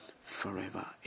forever